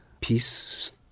peace